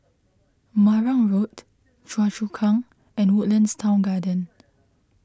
Marang Road Choa Chu Kang and Woodlands Town Garden